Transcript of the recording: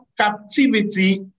captivity